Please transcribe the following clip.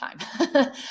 time